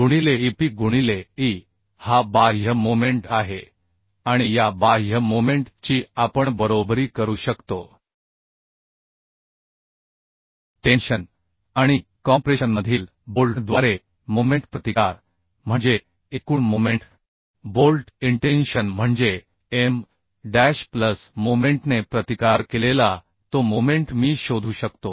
गुणिले eP गुणिले e हा बाह्य मोमेंट आहे आणि या बाह्य मोमेंट ची आपण बरोबरी करू शकतो टेन्शन आणि कॉम्प्रेशनमधील बोल्टद्वारे मोमेंट प्रतिकार म्हणजे एकूण मोमेंट बोल्ट इंटेंशन म्हणजे m डॅश प्लस मोमेंटने प्रतिकार केलेला तो मोमेंट मी शोधू शकतो